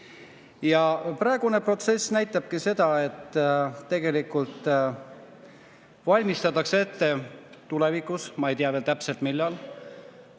Praegune protsess näitabki seda, et tegelikult valmistutakse tulevikuks – ma ei tea veel täpselt, millal